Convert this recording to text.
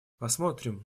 посмотрим